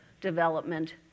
development